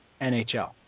NHL